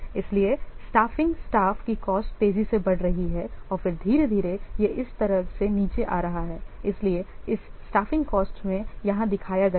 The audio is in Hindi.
इसलिए स्टाफिंग स्टाफ की कॉस्ट तेजी से बढ़ रही है और फिर धीरे धीरे यह इस तरह से नीचे आ रहा हैइसलिए इस स्टाफिंग कॉस्ट में यहाँ दिखाया गया है